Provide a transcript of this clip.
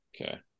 Okay